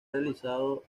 realizado